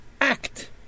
act